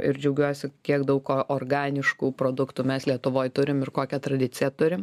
ir džiaugiuosi kiek daug organiškų produktų mes lietuvoj turim ir kokią tradiciją turim